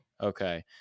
Okay